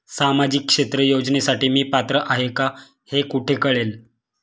सामाजिक क्षेत्र योजनेसाठी मी पात्र आहे का हे कुठे कळेल?